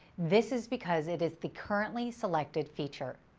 this is because it is the currently selected feature.